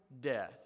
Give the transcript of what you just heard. death